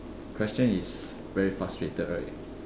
question is very frustrated right